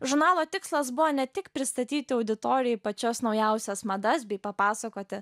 žurnalo tikslas buvo ne tik pristatyti auditorijai pačias naujausias madas bei papasakoti